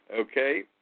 Okay